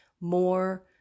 more